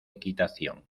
equitación